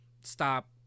stop